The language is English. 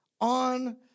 on